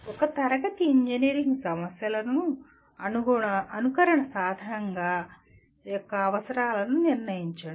ఒక తరగతి ఇంజనీరింగ్ సమస్యలకు అనుకరణ సాధనం యొక్క అవసరాలను నిర్ణయించండి